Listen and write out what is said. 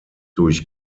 durch